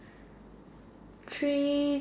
three